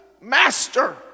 Master